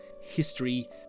history